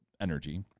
energy